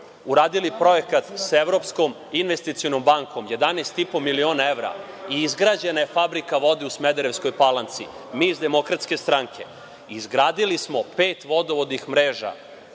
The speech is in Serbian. uradili projekat sa Evropskom investicionom bankom, jedanaest i po miliona evra i izgrađena je fabrika vode u Smederevskoj Palanci, mi iz Demokratske stranke, izgradili smo pet vodovodnih mreža